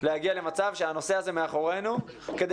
להגיע למצב שהנושא הזה מאחורינו כדי